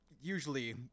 usually